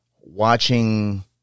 watching